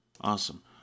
Awesome